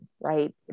right